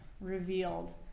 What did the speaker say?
revealed